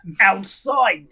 Outside